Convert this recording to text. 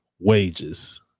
Wages